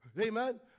Amen